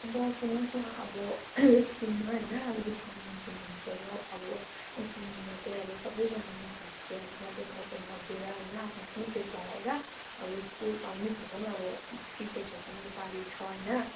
अन्त सुन्नुहोस् न अब स्कुलमा होइन डिसिप्लिन मेन्टेन हुनुपऱ्यो अब एसेम्बलीमा चाहिँ अब सबैजना मिसहरू चाहिँ अब मज्जाले अटेन्ड गरिदिएर होइन आफ्नो आफ्नो ड्रेस लगाएर अब स्कुल आउने मिसहरूको पनि टिचर्सहरूको पनि साडी छ होइन